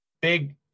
big